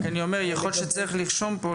יכול להיות שצריך לרשום פה,